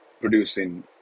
producing